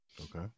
Okay